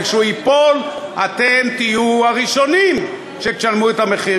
וכשהוא ייפול, אתם תהיו הראשונים שתשלמו את המחיר.